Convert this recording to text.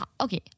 okay